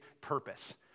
purpose